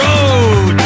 Road